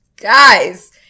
Guys